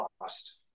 lost